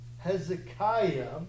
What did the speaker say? Hezekiah